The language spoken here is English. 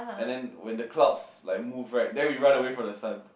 and then when the clouds like move right then we run away from the sun